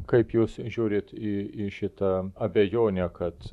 kaip jūs žiūrit į į šitą abejonę kad